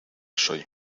soy